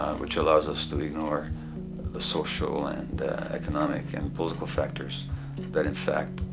which allows us to ignore the social and economic and political factors that, in fact,